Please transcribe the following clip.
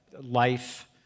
life